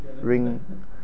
ring